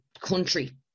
country